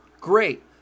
great